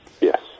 Yes